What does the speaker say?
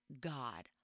God